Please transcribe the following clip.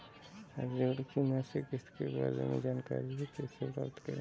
ऋण की मासिक किस्त के बारे में जानकारी कैसे प्राप्त करें?